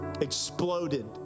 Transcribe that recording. exploded